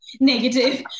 negative